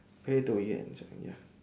play do we enjoy ya